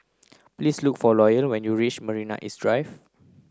please look for Loyal when you reach Marina East Drive